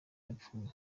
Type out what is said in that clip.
yapfuye